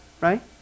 Right